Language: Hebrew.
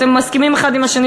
אתם מסכימים אחד עם השני,